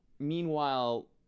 Meanwhile